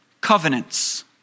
covenants